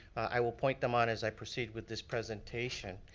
i will point them out as i proceed with this presentation.